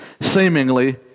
seemingly